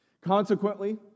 Consequently